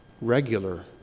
regular